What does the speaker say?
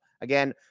Again